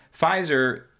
Pfizer